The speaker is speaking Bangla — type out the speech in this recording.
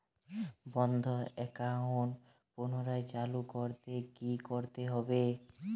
বন্ধ একাউন্ট পুনরায় চালু করতে কি করতে হবে?